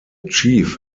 chief